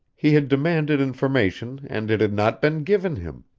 he had demanded information and it had not been given him.